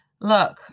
Look